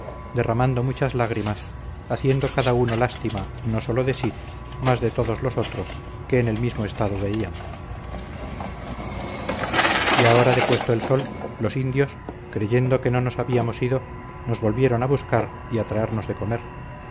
derramando muchas lágrimas habiendo cada uno lástima no sólo de sí mas de todos los otros que en el mismo estado veían y a hora de puesto el sol los indios creyendo que no nos habíamos ido nos volvieron a buscar y a traernos de comer